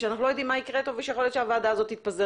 שאנחנו לא יודעים מה יקרה איתו ושיכול להיות שהוועדה הזאת תתפזר,